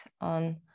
on